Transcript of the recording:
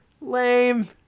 Lame